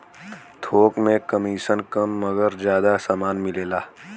थोक में कमिसन कम मगर जादा समान मिलेला